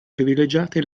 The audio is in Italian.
privilegiate